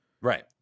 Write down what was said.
right